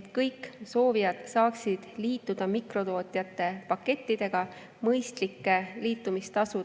et kõik soovijad saaksid liituda mikrotootjate pakettidega, makstes mõistlikku liitumistasu.